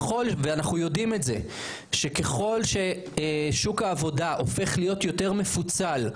ואנחנו יודעים שככל ששוק העבודה הופך להיות יותר מפוצל,